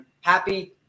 Happy